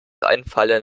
einfallen